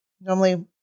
Normally